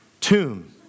tomb